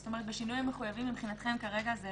זאת אומרת, "בשינויים המחויבים" מבחינתכם כרגע זה